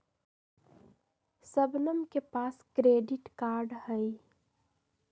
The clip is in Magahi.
शबनम के पास क्रेडिट कार्ड हई